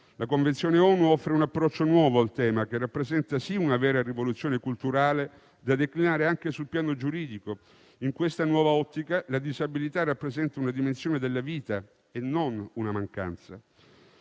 La Convenzione ONU offre un approccio nuovo al tema, che rappresenta una vera rivoluzione culturale da declinare anche sul piano giuridico. In questa nuova ottica, la disabilità rappresenta una dimensione della vita e non una mancanza.